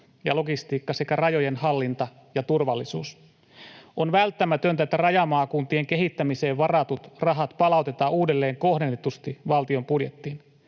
logistiikka sekä rajojen hallinta ja turvallisuus. On välttämätöntä, että rajamaakuntien kehittämiseen varatut rahat palautetaan uudelleenkohdennetusti valtion budjettiin.